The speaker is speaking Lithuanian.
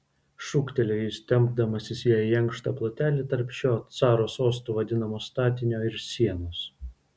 šūktelėjo jis tempdamasis ją į ankštą plotelį tarp šio caro sostu vadinamo statinio ir sienos